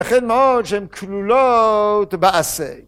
יתכן מאוד שהן כלולות בעשה.